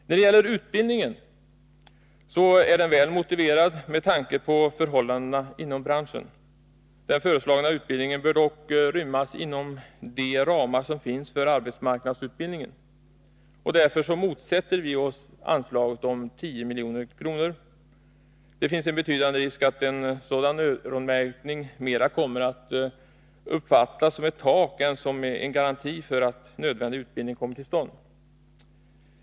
När det gäller utbildningen är den väl motiverad, med tanke på förhållandena inom branschen. Den föreslagna utbildningen bör dock rymmas inom de ramar som finns för arbetsmarknadsutbildningen. Därför motsätter vi oss anslaget om 10 milj.kr. Det finns en betydande risk att en sådan öronmärkning mera kommer att uppfattas som ett tak än som en garanti för att nödvändig utbildning kommer till stånd.